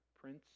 Prince